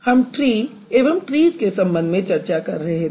हम ट्री एवं ट्रीज़ के संबंध में चर्चा कर रहे थे